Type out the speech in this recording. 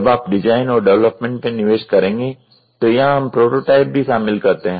जब आप डिजाइन और डेवलपमेंट में निवेश करेंगे तो यहां हम प्रोटोटाइप भी शामिल करते हैं